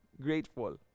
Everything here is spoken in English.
grateful